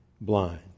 blind